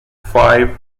five